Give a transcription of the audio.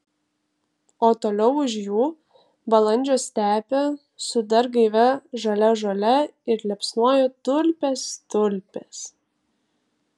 o toliau už jų balandžio stepė su dar gaivia žalia žole ir liepsnoja tulpės tulpės